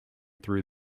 through